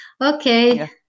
Okay